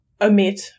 omit